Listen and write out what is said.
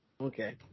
Okay